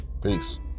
Peace